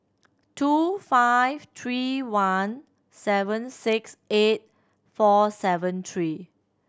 two five three one seven six eight four seven three